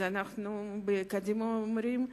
אז אנחנו בקדימה אומרים: